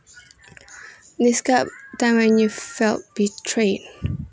describe time when you felt betrayed